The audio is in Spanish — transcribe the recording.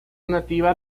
nativa